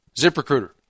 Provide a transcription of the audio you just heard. ZipRecruiter